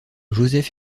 joseph